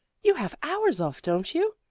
you have hours off, don't you?